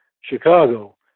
Chicago